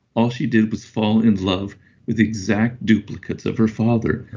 all she did was fall in love with exact duplicates of her father,